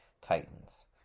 Titans